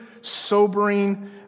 sobering